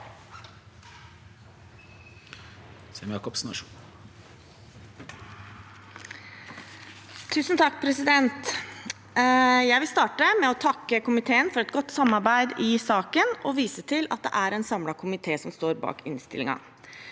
for saken): Jeg vil starte med å takke komiteen for et godt samarbeid i saken og vise til at det er en samlet komité som står bak innstillingen.